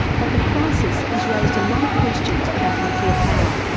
but the crisis has raised a lot of questions about nuclear power,